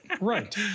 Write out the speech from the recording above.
right